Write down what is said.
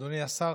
אדוני השר,